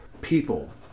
people